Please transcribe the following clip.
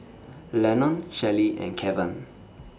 Lenon Shelly and Kevan